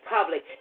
public